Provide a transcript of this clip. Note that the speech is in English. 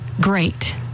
great